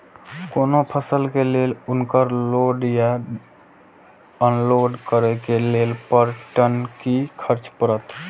कोनो फसल के लेल उनकर लोड या अनलोड करे के लेल पर टन कि खर्च परत?